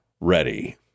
ready